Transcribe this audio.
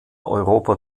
europa